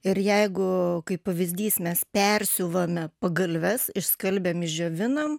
ir jeigu kaip pavyzdys mes persiuvame pagalves išskalbiam išdžiovinam